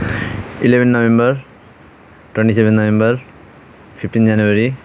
eleven November twenty seven November fifteen January